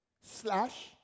slash